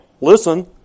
Listen